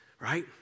right